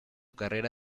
carrera